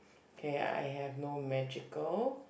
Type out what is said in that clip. K I have no magical